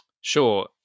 Sure